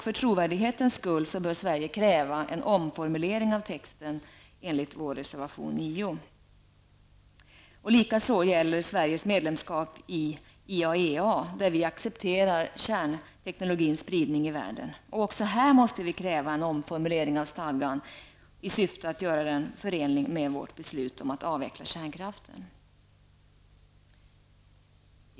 För trovärdighetens skull bör Sverige kräva en omformulering av texten enligt miljöpartiets reservation 9. Detta gäller likaså Sveriges medlemskap i IAEA, där Sverige har accepterat kärnteknologins spridning i världen. Också här måste Sverige kräva en omformulering av stadgan i syfte att göra den förenlig med beslutet om att avveckla kärnkraften.